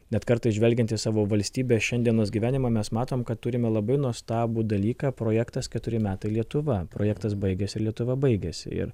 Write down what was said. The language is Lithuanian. net kartais žvelgiant į savo valstybę šiandienos gyvenimą mes matom kad turime labai nuostabų dalyką projektas keturi metai lietuva projektas baigiasi ir lietuva baigiasi ir